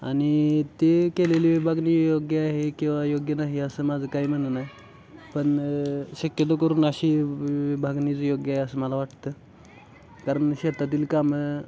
आणि ते केलेली विभागणी योग्य आहे किंवा योग्य नाही असं माझं काही म्हणणं नाही पण शक्यतो करू नये अशी विभागणी जे योग्य आहे असं मला वाटतं कारण शेतातील कामं